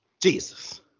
Jesus